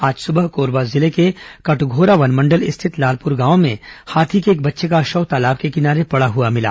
आज सुबह कोरबा जिले के कटघोरा वनमंडल स्थित लालपुर गांव में हाथी के एक बच्चे का शव तालाब के किनारे पड़ा हुआ मिला